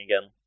again